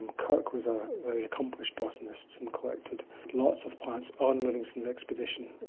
um kirk was a very accomplished botanist and collected lots of plants on livingstone's expedition.